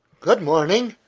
good morning.